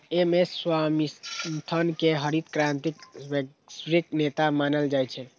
M S Swaminathan कें हरित क्रांतिक वैश्विक नेता मानल जाइ छै